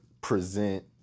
present